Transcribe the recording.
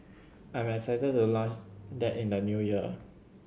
I am excited to launch that in the New Year